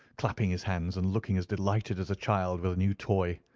clapping his hands, and looking as delighted as a child with a new toy.